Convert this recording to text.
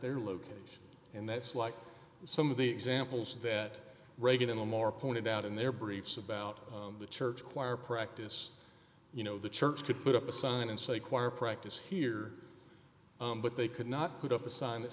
their location and that's like some of the examples that reagan in a more pointed out in their briefs about the church choir practice you know the church could put up a sign and say choir practice here but they could not put up a sign that